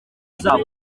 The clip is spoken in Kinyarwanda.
zabo